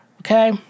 okay